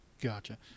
Gotcha